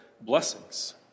blessings